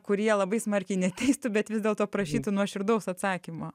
kurie labai smarkiai neteistų bet vis dėlto prašytų nuoširdaus atsakymo